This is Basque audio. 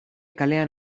kalean